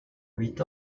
huit